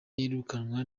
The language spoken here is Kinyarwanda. iyirukanwa